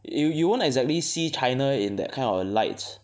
you you won't exactly see china in that kind of light